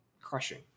crushing